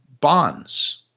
bonds